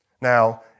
Now